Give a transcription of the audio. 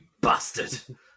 bastard